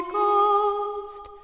Ghost